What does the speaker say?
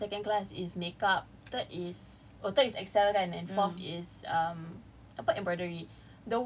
the first class is cooking class second class is makeup third is oh third is excel and forth is um